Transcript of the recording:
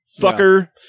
fucker